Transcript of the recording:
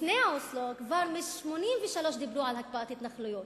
לפני אוסלו, כבר מ-1983 דיברו על הקפאת התנחלויות,